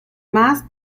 más